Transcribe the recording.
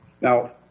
Now